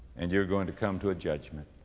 and you're going to come to a judgment